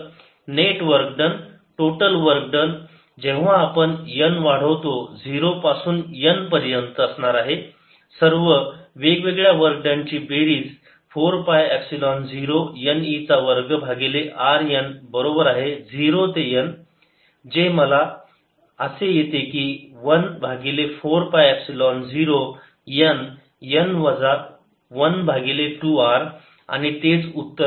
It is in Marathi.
e14π0ne2R तर net work done total work done जेव्हा आपण n वाढवतो 0 पासून N पर्यंत असणार सर्व वेगवेगळ्या वर्क ची 4 पाय एपसिलोन 0 n e चा वर्ग भागिले r n बरोबर आहे 0 ते N जे मला असे येते की 1 भागिले 4 पाय एपसिलोन 0 n n वजा 1 भागिले 2 r आणि तेच उत्तर आहे